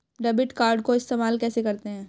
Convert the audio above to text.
Debit card को इस्तेमाल कैसे करते हैं?